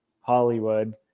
Hollywood